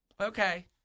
okay